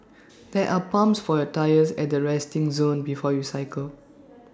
there are pumps for your tyres at the resting zone before you cycle